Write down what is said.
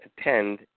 attend